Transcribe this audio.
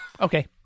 Okay